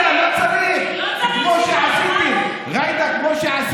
לא, לא, לא צריך שיחות, רק הסכם.